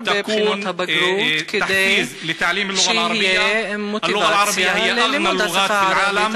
בבחינות הבגרות כדי שתהיה מוטיבציה ללימוד השפה הערבית.